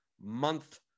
month